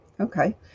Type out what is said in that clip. okay